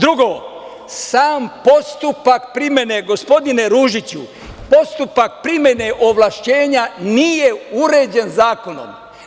Drugo, sam postupak primene, gospodine Ružiće, postupak primene ovlašćenja nije uređen zakonom.